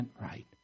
right